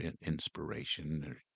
inspiration